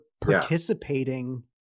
participating